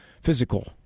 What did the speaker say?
physical